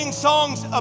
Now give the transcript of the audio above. songs